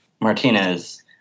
Martinez